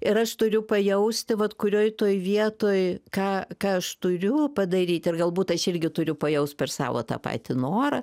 ir aš turiu pajausti vat kurioj toj vietoj ką ką aš turiu padaryti ir galbūt aš irgi turiu pajaust per savo tą patį norą